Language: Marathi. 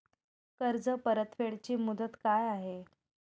कर्ज परतफेड ची मुदत काय आहे?